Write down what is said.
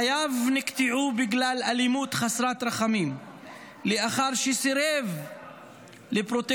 חייו נקטעו בגלל אלימות חסרת רחמים לאחר שסירב לפרוטקשן,